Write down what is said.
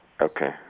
Okay